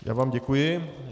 Já vám děkuji.